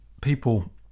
people